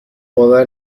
باور